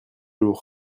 lourd